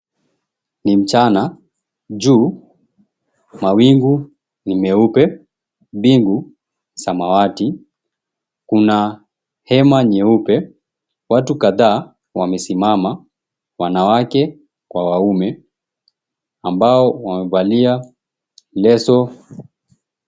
Ni mchana, 𝑗uu, mawingu ni meupe, mbingu samawati. Kuna hema nyeupe, watu kadhaa wamesimama ; wanawake kwa waume ambao wamevalia 𝑙𝑒𝑠𝑜.